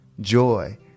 joy